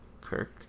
Kirk